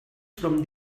from